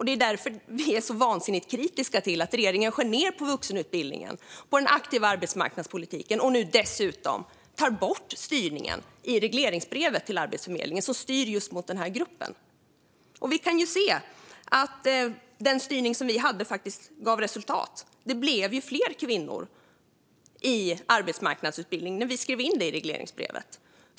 Det är därför vi är så vansinnigt kritiska till att regeringen skär ned på vuxenutbildningen och den aktiva arbetsmarknadspolitiken och nu dessutom tar bort styrningen mot just den här gruppen i regleringsbrevet till Arbetsförmedlingen. Vi kan ju se att den styrning som vi hade gav resultat. Det blev ju fler kvinnor i arbetsmarknadsutbildning när vi skrev in det i regleringsbrevet.